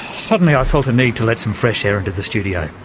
suddenly i felt a need to let some fresh air into the studio,